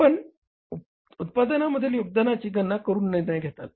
आपण उत्पादनांमधील योगदानाची गणना करून निर्णय घेताल